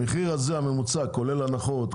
המחיר הממוצע כולל הנחות,